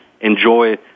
enjoy